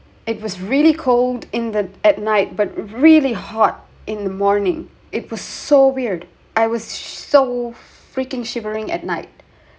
it was really cold in the at night but really hot in the morning it was so weird I was so freaking shivering at night